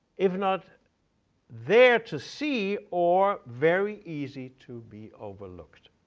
if not there to see, or very easy to be overlooked.